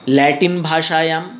Latin भाषायां